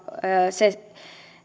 se